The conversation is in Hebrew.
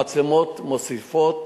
המצלמות מוסיפות,